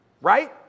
Right